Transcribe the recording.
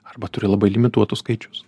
arba turi labai limituotus skaičius